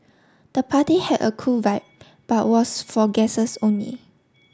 the party had a cool vibe but was for guesses only